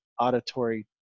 auditory